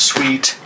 Sweet